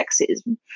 sexism